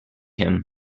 him